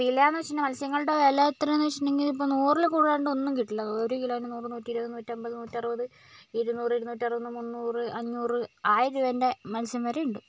വിലാന്ന് വെച്ചിട്ടുണ്ടെങ്കിൽ മത്സ്യങ്ങളുടെ വില എത്രയാന്ന് വെച്ചിട്ടുണ്ടെങ്കിൽ നൂറിൽ കൂടാണ്ട് ഒന്നും കിട്ടില്ല ഒരു കിലോന് നൂറ് നൂറ്റിരുപത് നൂറ്റൻപത് നൂറ്ററുപത് ഇരുനൂറ് ഇരുനൂറ്ററുപത് മുന്നൂറ് അഞ്ഞൂറ് ആയിരം രൂപേൻ്റേ മത്സ്യം വരെ ഉണ്ട്